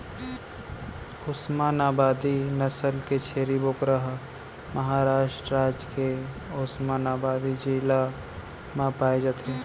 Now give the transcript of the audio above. ओस्मानाबादी नसल के छेरी बोकरा ह महारास्ट राज के ओस्मानाबादी जिला म पाए जाथे